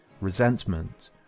resentment